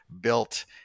built